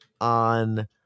On